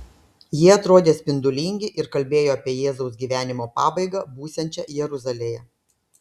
jie atrodė spindulingi ir kalbėjo apie jėzaus gyvenimo pabaigą būsiančią jeruzalėje